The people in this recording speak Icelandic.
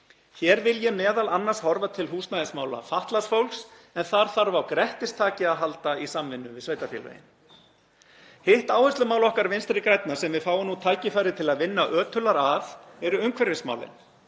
Hér vil ég m.a. horfa til húsnæðismála fatlaðs fólks en þar þarf á grettistaki að halda í samvinnu við sveitarfélögin. Hitt áherslumál okkar Vinstri grænna, sem við fáum nú tækifæri til að vinna ötullegar að, eru umhverfismálin